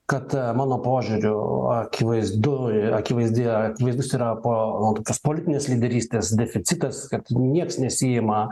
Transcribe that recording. kad mano požiūriu akivaizdu akivaizdi atvaizdus yra po tas politinės lyderystės deficitas kad nieks nesiima